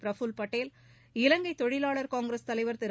பிரஃபுல் பட்டேல் இலங்கைதொழிவாளர் காங்கிரஸ் தலைவர் திரு